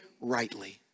rightly